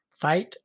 Fight